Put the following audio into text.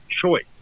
choice